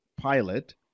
pilot